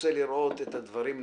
רוצה לראות את הדברים נכוחה.